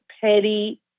Petty